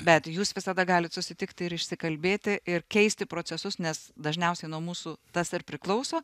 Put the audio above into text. bet jūs visada galit susitikti ir išsikalbėti ir keisti procesus nes dažniausiai nuo mūsų tas ir priklauso